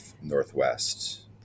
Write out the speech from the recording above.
northwest